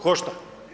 Košta.